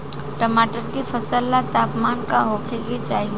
टमाटर के फसल ला तापमान का होखे के चाही?